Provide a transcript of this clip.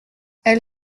elle